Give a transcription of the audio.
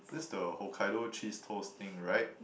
that's the Hokkaido cheese toast thing right